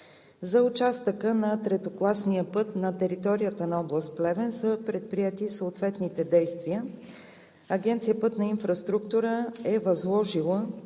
За участъка на третокласния път на територията на област Плевен са предприети съответните действия. Агенция „Пътна инфраструктура“ е възложила